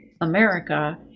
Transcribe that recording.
America